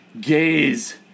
Gaze